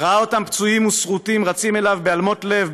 ראה אותם פצועים ושרוטים / רצים אליו בהלמות לב,